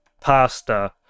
Pasta